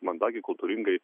mandagiai kultūringai